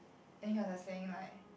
then he was like saying like